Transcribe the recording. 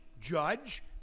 judge